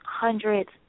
hundreds